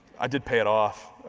i did pay it off,